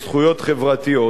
זכויות חברתיות.